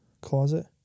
closet